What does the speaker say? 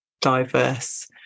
diverse